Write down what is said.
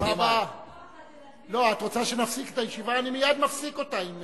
את רוצה שנפסיק את הישיבה?